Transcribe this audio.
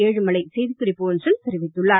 ஏழுமலை செய்தி குறிப்பு ஒன்றில் தெரிவித்துள்ளார்